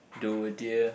doe a deer